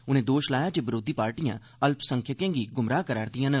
उनें दोष लाया जे विरोघी पारियां अल्पसंख्यकें गी गुमराह करै करदियां न